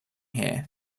here